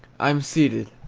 i'm ceded,